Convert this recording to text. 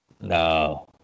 No